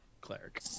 cleric